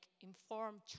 informed